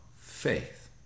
Faith